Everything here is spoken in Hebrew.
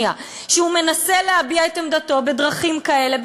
כשהוא מנסה להביע את עמדתו בדרכים כאלה,